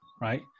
right